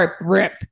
rip